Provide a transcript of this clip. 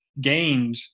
gained